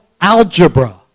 algebra